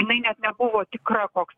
jinai net nebuvo tikra koks